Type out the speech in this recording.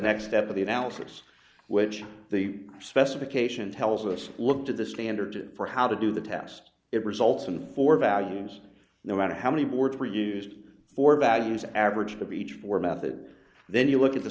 next step of the analysis which the specification tells us look to the standard for how to do the test it results in four values no matter how many words were used for values averaged a beach for method then you look at the